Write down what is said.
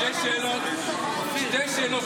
--- שתי שאלות תיאורטיות: